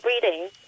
breeding